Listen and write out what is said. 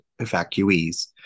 evacuees